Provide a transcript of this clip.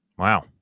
Wow